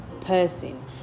person